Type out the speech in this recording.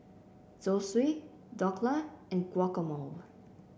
Zosui Dhokla and Guacamole